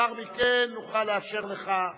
לאחר מכן נוכל לאפשר לך.